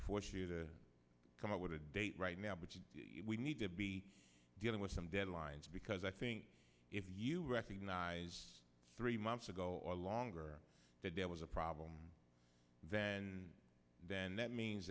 force you to come up with a date right now but we need to be dealing with some deadlines because i think if you recognize three months ago or longer that there was a problem then then that means